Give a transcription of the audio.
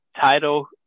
title